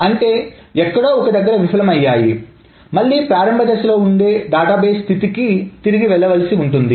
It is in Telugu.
అంటే ఎక్కడో ఒక దగ్గర విఫలమయ్యాయి మళ్లీ ప్రారంభ దశలో ఉండే డేటాబేస్ స్థితికి తిరిగి వెళ్ళవలసి ఉంటుంది